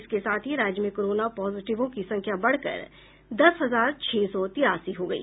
इसके साथ ही राज्य में कोरोना पॉजिटिवों की संख्या बढ़कर दस हजार छह सौ तिरासी हो गई